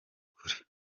kure